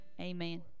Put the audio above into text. amen